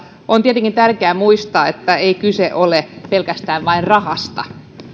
on tietenkin tärkeää muistaa että ei kyse ole pelkästään vain rahasta